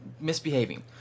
misbehaving